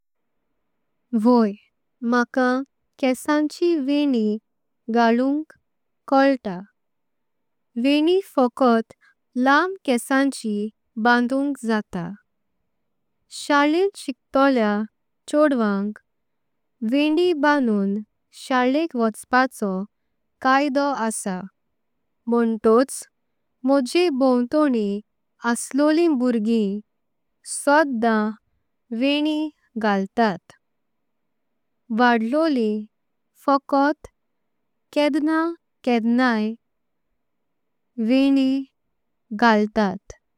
वय म्हाका केंसांची वेण्णी घटुंक कोल्ता। वेण्णी फक़त लाम्ब केंसांची बांदुंक जातां। शेळांत शिकतोल्यां चोडवांक वेण्णी बांदून। शाळें वचपाचो कैदो आसा म्हन्तोच म्होजे। भांवतोंनीं असलोली भुर्गीं सुदां वेण्णी घालतात। व्हडलोलीं फक़त केंदां केंदांई वेण्णी घालतात।